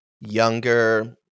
younger